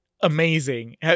amazing